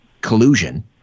collusion